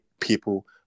people